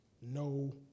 No